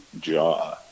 jaw